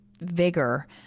vigor